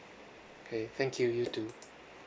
okay thank you you too